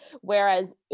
whereas